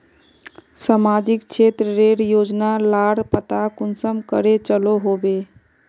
सामाजिक क्षेत्र रेर योजना लार पता कुंसम करे चलो होबे?